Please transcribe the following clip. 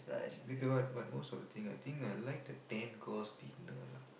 maybe what what most of the thing I think I like the ten course dinner lah